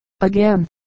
again